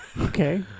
okay